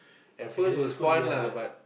at first was fun lah but